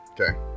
Okay